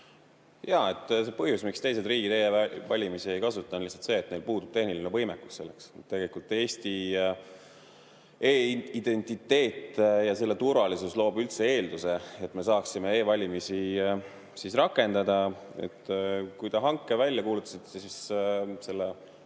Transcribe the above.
See põhjus, miks teised riigid e-valimisi ei kasuta, on lihtsalt see, et neil puudub tehniline võimekus selleks. Tegelikult Eesti e-identiteet ja selle turvalisus loob üldse eelduse, et me saaksime e-valimisi rakendada. Kui te aga hanke välja kuulutasite selle